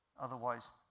Otherwise